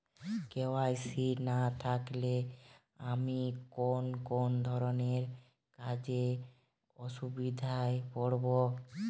KYC না থাকলে আমি কোন কোন ধরনের কাজে অসুবিধায় পড়ব?